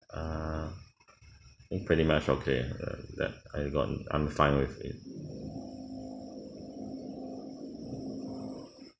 err I think pretty much okay that I got I'm fine with it